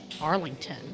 Arlington